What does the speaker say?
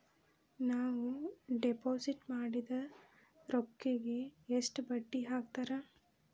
ನಾವು ಡಿಪಾಸಿಟ್ ಮಾಡಿದ ರೊಕ್ಕಿಗೆ ಎಷ್ಟು ಬಡ್ಡಿ ಹಾಕ್ತಾರಾ?